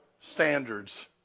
standards